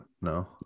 No